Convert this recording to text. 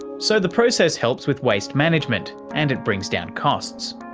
so the process helps with waste management and it brings down costs.